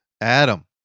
Adam